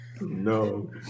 no